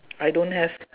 I don't have